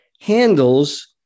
Handles